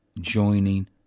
joining